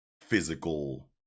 physical